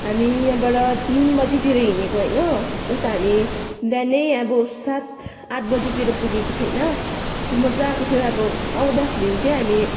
हामी यहाँबाट तिन बजीतिर हिँडेको होइन उता हामी बिहानै अब सात आठ बजीतिर पुगेको थियो होइन मजा आएको थियो अब आउँदाखेरि चाहिँ हामी